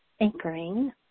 anchoring